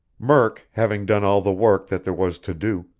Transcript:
murk, having done all the work that there was to do,